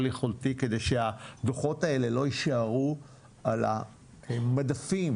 יכולתי כדי שהדו"חות האלה יישארו על המדפים